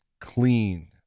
clean